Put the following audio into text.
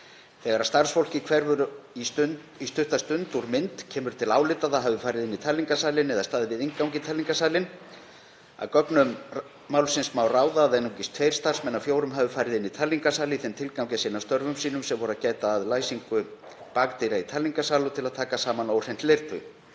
Þegar starfsfólkið hverfur í stutta stund úr mynd kemur til álita að það hafi farið inn í talningarsalinn eða staðið við inngang í talningarsalinn. Af gögnum málsins má ráða að einungis tveir starfsmenn af fjórum hafi farið inn í talningarsal í þeim tilgangi að sinna störfum sínum, sem voru að gæta að læsingu bakdyra í talningarsal og til að taka saman óhreint leirtau.